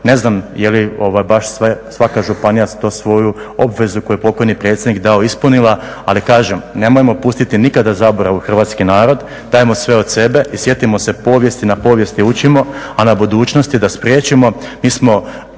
ne znam da li baš sve, svaka županiju svoju obvezu koju je pokojni predsjednik dao ispunila, ali kažem, nemojmo pustiti nikada zaboravu hrvatski narod, dajmo sve od sebe i sjetimo se povijesti, na povijesti učimo, a na budućnosti je da spriječimo.